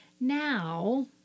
Now